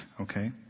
okay